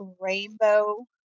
rainbow